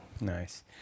Nice